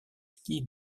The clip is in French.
ski